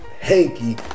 hanky